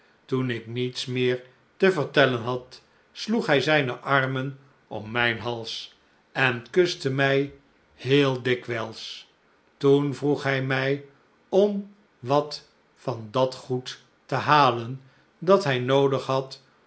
toen ik niets meer te vertellen had sloeg hij zijne armen om mijn hals en kuste mij heel dikwijls toen vroeg hij mij om wat van dat goed te halen dat hij noodig had